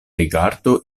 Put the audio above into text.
rigardo